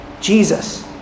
Jesus